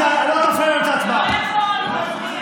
חבר הכנסת מלכיאלי, אני קורא אותך לסדר פעם שנייה.